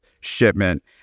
shipment